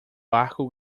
barco